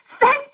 Thank